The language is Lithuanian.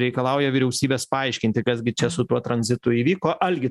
reikalauja vyriausybės paaiškinti kas gi čia su tuo tranzitu įvyko algi